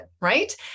right